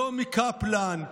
לא מקפלן,